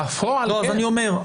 בפועל כן.